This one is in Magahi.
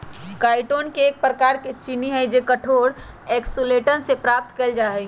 काईटोसन एक प्रकार के चीनी हई जो कठोर एक्सोस्केलेटन से प्राप्त कइल जा हई